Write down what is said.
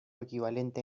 equivalente